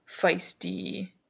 feisty